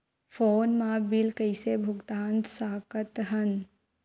Phone मा bill कइसे भुक्तान साकत हन?